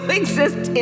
exist